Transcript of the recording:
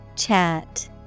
Chat